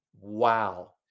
wow